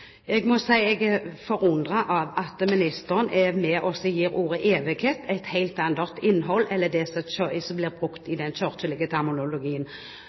Jeg må si at jeg er forundret over at ministeren gir ordet «evighet» et helt annet innhold enn det som blir brukt i den kirkelige terminologien. Det at man trenger en utredning av dette, er helt ufattelig. Det ligger